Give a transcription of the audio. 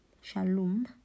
Shalom